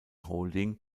holding